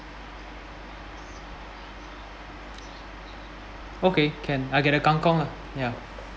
okay can I get the kangkung lah ya